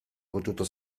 potuto